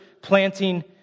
planting